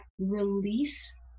release